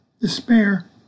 despair